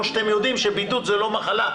או שאתם יודעים שבידוד זה לא מחלה?